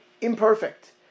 imperfect